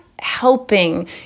helping